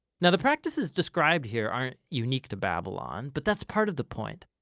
now the practices described here aren't unique to babylon, but that's part of the point.